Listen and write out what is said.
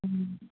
ꯎꯝ